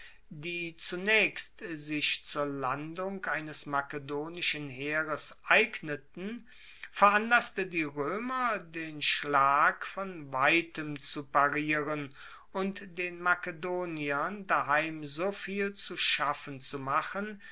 die zunaechst sich zur landung eines makedonischen heeres eigneten veranlasste die roemer den schlag von weitem zu parieren und den makedoniern daheim so viel zu schaffen zu machen